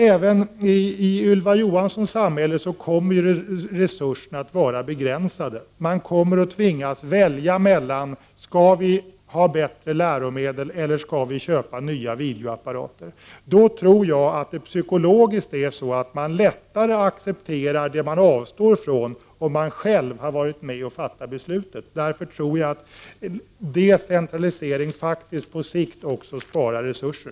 Även i Ylva Johanssons samhälle kommer resurserna att vara begränsade. Man kommer att tvingas välja t.ex. mellan att skaffa bättre läromedel eller köpa nya videoapparater. Då tror jag att man, psykologiskt, lättare accepterar att avstå från någonting om man själv har varit med och fattat beslut. Jag tror därför att en decentralisering på sikt också spar resurser.